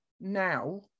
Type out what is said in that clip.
now